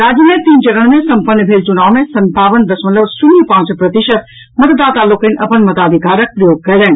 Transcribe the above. राज्य मे तीन चरण मे संपन्न भेल चुनाव मे संतावन दशमलव शून्य पांच प्रतिशत मतदाता लोकनि अपन मताधिकारक प्रयोग कयलनि